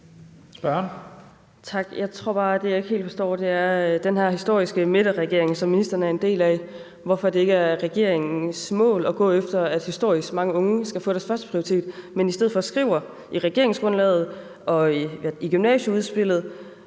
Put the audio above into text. Tak. Jeg tror bare, at det, jeg ikke helt forstår, er, at målet for den her historiske midterregering, som ministeren er en del af, ikke er at gå efter, at historisk mange unge skal få deres førsteprioritet, men at de i stedet for skriver i regeringsgrundlaget og i gymnasieudspillet,